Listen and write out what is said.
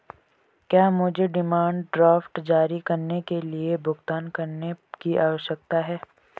क्या मुझे demand draft जारी करने के लिए भुगतान करने की आवश्यकता है?